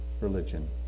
religion